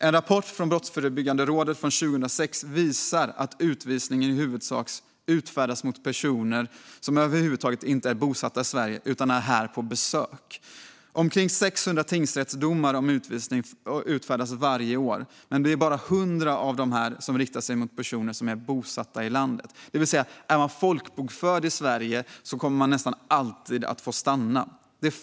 En rapport från Brottsförebyggande rådet från 2016 visar att utvisning i huvudsak utfärdas mot personer som inte är bosatta i Sverige över huvud taget utan som är här på besök. Omkring 600 tingsrättsdomar om utvisning utfärdas varje år, men bara 100 av dem riktar sig mot personer som är bosatta i landet. Är man folkbokförd i Sverige kommer man alltså nästan alltid att få stanna.